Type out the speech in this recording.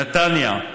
נתניה,